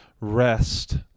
rest